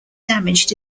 damaged